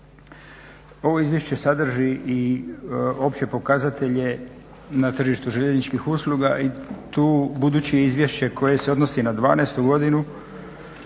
Ovo izvješće sadrži i opće pokazatelje na tržištu željezničkih usluga i tu budući izvješće koje se odnosi na 2012.godinu